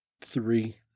Three